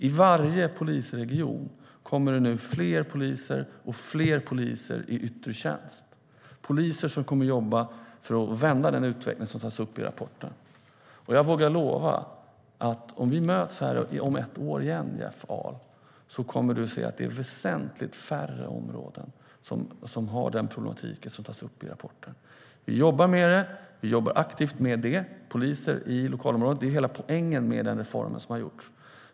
I varje polisregion kommer det nu att komma fler poliser och fler poliser i yttre tjänst. Det är poliser som kommer att jobba för att vända den utveckling som tas upp i rapporten. Jag vågar lova att om vi möts här i kammaren igen om ett år, Jeff Ahl, kommer du att se att det är väsentligt färre områden som har den problematik som tas upp i rapporten. Vi jobbar med det. Vi jobbar aktivt med poliser i lokalområdet. Det är hela poängen med den reform som har gjorts.